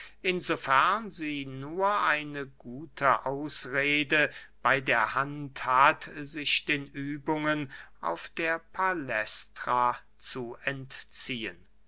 fern sie nur eine gute ausrede bey der hand hat sich den übungen auf der palästra zu entziehen